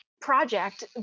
project